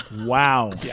Wow